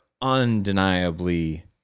undeniably